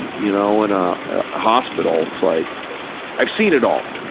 you know, in a hospital. like i've seen it all.